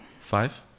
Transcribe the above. Five